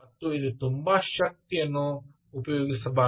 ಮತ್ತು ಇದು ತುಂಬಾ ಶಕ್ತಿಯನ್ನು ಉಪಯೋಗಿಸಬಾರದು